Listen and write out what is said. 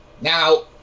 now